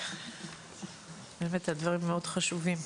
הבאת דברים מאוד חשובים.